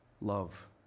love